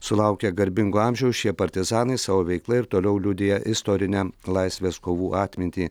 sulaukę garbingo amžiaus šie partizanai savo veikla ir toliau liudija istorinę laisvės kovų atmintį